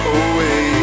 away